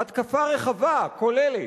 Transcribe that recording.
התקפה רחבה, כוללת.